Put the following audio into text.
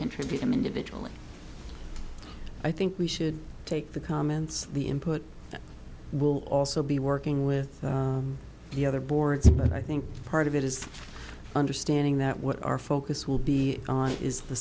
contribute them individually i think we should take the comments the input will also be working with the other boards and i think part of it is understanding that what our focus will be on is the